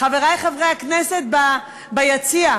חברי חברי הכנסת ביציע.